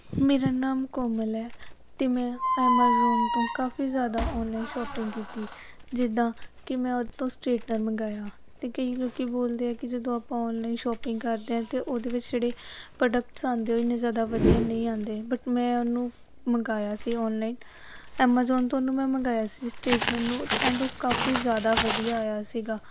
ਮੇਰਾ ਨਾਮ ਕੋਮਲ ਹੈ ਅਤੇ ਮੈਂ ਐਮਾਜੋਨ ਤੋਂ ਕਾਫੀ ਜ਼ਿਆਦਾ ਔਨਲਾਈਨ ਸ਼ੋਪਿੰਗ ਕੀਤੀ ਜਿੱਦਾਂ ਕਿ ਮੈਂ ਉਹ ਤੋਂ ਸਟੇਟਨਰ ਮੰਗਵਾਇਆ ਅਤੇ ਕਈ ਲੋਕ ਬੋਲਦੇ ਆ ਕਿ ਜਦੋਂ ਆਪਾਂ ਔਨਲਾਈਨ ਸ਼ੋਪਿੰਗ ਕਰਦੇ ਹਾਂ ਅਤੇ ਉਹਦੇ ਵਿੱਚ ਜਿਹੜੇ ਪ੍ਰੋਡਕਟਸ ਆਉਂਦੇ ਆ ਉਹ ਇੰਨੇ ਜ਼ਿਆਦਾ ਵਧੀਆ ਨਹੀਂ ਆਉਂਦੇ ਬਟ ਮੈਂ ਉਹਨੂੰ ਮੰਗਵਾਇਆ ਸੀ ਔਨਲਾਈਨ ਐਮਾਜੋਨ ਤੋਂ ਉਹਨੂੰ ਮੈਂ ਮੰਗਵਾਇਆ ਸੀ ਸਟੇਟਨਰ ਨੂੰ ਐਂਡ ਉਹ ਕਾਫੀ ਜ਼ਿਆਦਾ ਵਧੀਆ ਆਇਆ ਸੀਗਾ